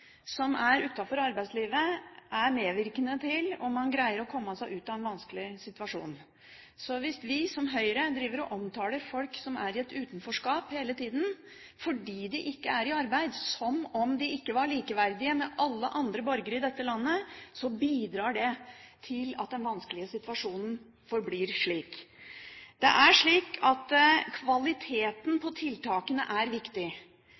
som er utenfor arbeidslivet, er medvirkende til om man greier å komme seg ut av en vanskelig situasjon. Hvis vi, som Høyre, hele tida omtaler folk som er i et utenforskap fordi de ikke er i arbeid, som om de ikke er likeverdige med alle andre borgere i dette landet, bidrar det til at den vanskelige situasjonen vedvarer. Det er slik at kvaliteten på tiltakene er viktig.